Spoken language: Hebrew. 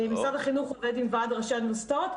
משרד החינוך עובד עם ועד ראשי האוניברסיטאות,